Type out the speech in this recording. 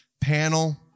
panel